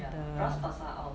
the